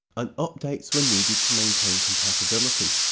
and updates were needed to maintain compatibility.